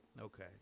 okay